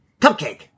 cupcake